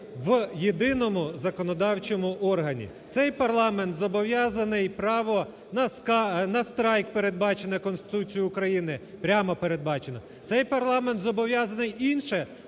в єдиному законодавчому органі. Цей парламент зобов'язаний право на страйк, передбачений Конституцією України, прямо передбачено. Цей парламент зобов'язаний інше,